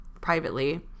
privately